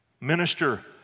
minister